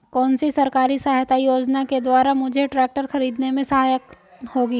कौनसी सरकारी सहायता योजना के द्वारा मुझे ट्रैक्टर खरीदने में सहायक होगी?